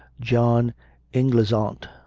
john inglesant.